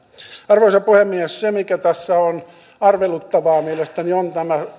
arvoisa puhemies se mikä tässä on arveluttavaa mielestäni on nämä